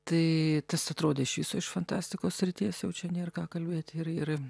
tai tas atrodė iš viso iš fantastikos srities jau čia nėr ką kalbėti ir ir